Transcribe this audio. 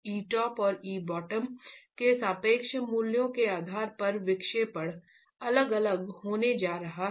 ई top और E bottom के सापेक्ष मूल्यों के आधार पर विक्षेपण अलग अलग होने जा रहे हैं